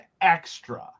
extra